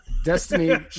Destiny